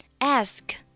Ask